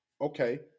Okay